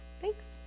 thanks